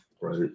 right